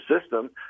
system